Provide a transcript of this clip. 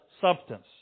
substance